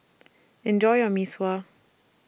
Enjoy your Mee Sua